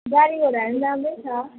गाडी घोडाहरू नि राम्रै छ